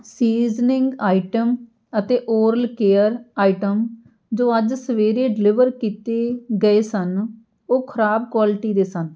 seasoning item ਅਤੇ oral care item ਜੋ ਅੱਜ ਸਵੇਰੇ ਡਿਲੀਵਰ ਕੀਤੇ ਗਏ ਸਨ ਉਹ ਖਰਾਬ ਕੁਆਲਿਟੀ ਦੇ ਸਨ